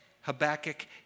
Habakkuk